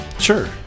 Sure